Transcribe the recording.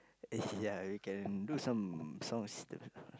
ya we can do some some